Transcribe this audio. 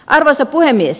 arvoisa puhemies